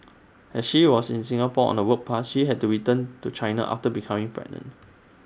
as she was in Singapore on A work pass she had to return to China after becoming pregnant